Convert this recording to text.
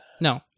No